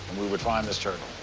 we would find this turtle.